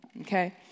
okay